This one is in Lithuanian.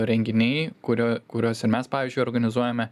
renginiai kurio kuriuos ir mes pavyzdžiui organizuojame